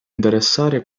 interessare